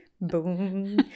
boom